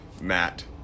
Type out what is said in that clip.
Matt